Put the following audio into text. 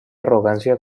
arrogancia